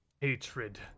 hatred